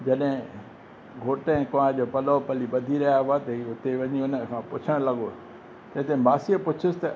जॾहिं घोटु ऐं कुआंर जो पलो पली ॿधी रहिया हुआ त हीउ हुते वञी हुन खां पुछणु लॻो त जे मांसीअ पुछियसि त